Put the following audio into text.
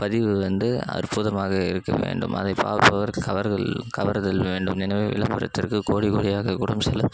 பதிவு வந்து அற்புதமாக இருக்க வேண்டும் அதை பார்ப்பதற்கு கவருதல் கவருதல் வேண்டும் எனவே விளம்பரத்திற்கு கோடி கோடியாக கூட செலவு